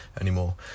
anymore